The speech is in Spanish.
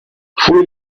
fue